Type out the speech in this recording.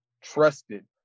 trusted